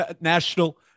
National